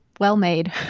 Well-made